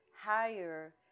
higher